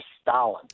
Stalin